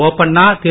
Bopanna Thiru